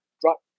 drop